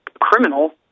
criminal